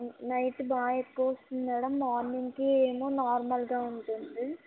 night బాగా ఎక్కువొస్తుంది madam మార్నింగ్కి ఏమో నార్మల్గా ఉంటుంది